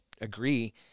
agree